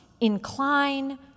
incline